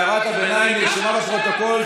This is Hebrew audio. הערת הביניים נרשמה בפרוטוקול.